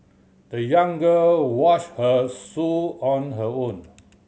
the young girl washed her shoe on her own